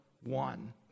one